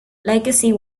legacy